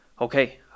Okay